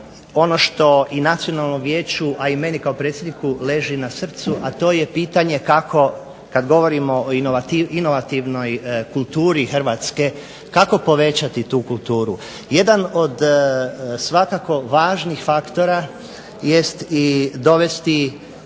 ono što i Nacionalnom vijeću, a i meni kao predsjedniku leži na srcu, a to je pitanje kako kad govorimo o inovativnoj kulturi Hrvatske kako povećati tu kulturu. Jedan od svakako važnih faktora jest i dovesti